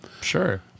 Sure